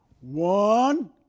one